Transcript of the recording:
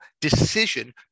decision